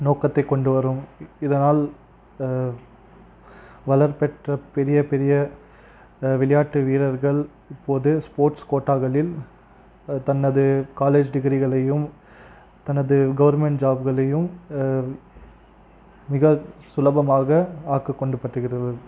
நோக்கத்தைக் கொண்டு வரும் இதனால் வளர்பெற்ற பெரிய பெரிய விளையாட்டு வீரர்கள் இப்போது ஸ்போர்ட்ஸ் கோட்டாகளில் தனது காலேஜ் டிகிரிகளையும் தனது கவர்மெண்ட் ஜாப்களையும் மிகச் சுலபமாக ஆக்க கொண்டு பற்றுகிறது